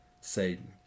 satan